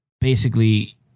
basically-